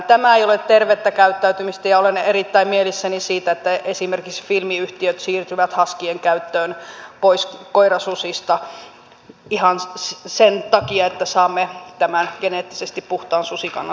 tämä ei ole tervettä käyttäytymistä ja olen erittäin mielissäni siitä että esimerkiksi filmiyhtiöt siirtyvät huskyjen käyttöön pois koirasusista ihan sen takia että saamme tämän geneettisesti puhtaan susikannan sitten säilymään